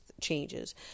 changes